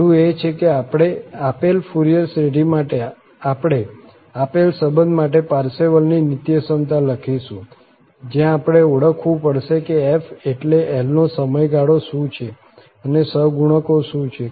પહેલું એ છે કે આપેલ ફુરિયર શ્રેઢી માટે આપણે આપેલ સંબંધ માટે પાર્સેવલની નિત્યસમતા લખીશું જ્યાં આપણે ઓળખવું પડશે કે f એટલે L નો સમયગાળો શું છે અને સહગુણકો શું છે